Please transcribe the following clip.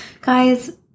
Guys